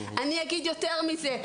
אני אגיד יותר מזה,